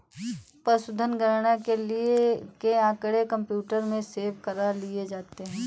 पशुधन गणना के आँकड़े कंप्यूटर में सेव कर लिए जाते हैं